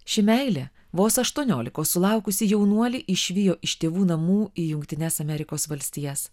ši meilė vos aštuoniolikos sulaukusį jaunuolį išvijo iš tėvų namų į jungtines amerikos valstijas